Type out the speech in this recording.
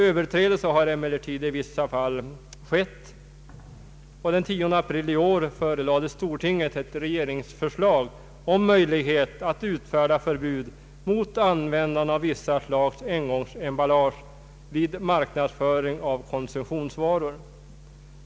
Överträdelser har emellertid i vissa fall skett. Den 10 april i år förelades stortinget ett regeringsförslag om möjlighet att utfärda förbud mot användande av vissa slags engångsemballage vid marknadsföring av konsumtionsvaror.